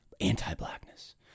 anti-blackness